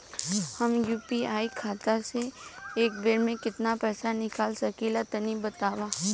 हम यू.पी.आई खाता से एक बेर म केतना पइसा निकाल सकिला तनि बतावा?